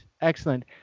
excellent